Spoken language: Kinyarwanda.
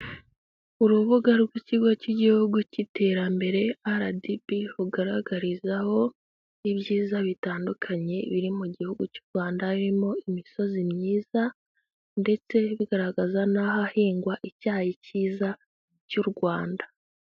Urubuga rw'ikigo cy'igihugu cy'iterambere RDB, rugaragarizaho ibyiza bitandukanye biri mu gihugu cy'u Rwanda, birimo imisozi myiza ndetse bigaragaza n'ahahingwa icyayi cyiza cy'u Rwanda.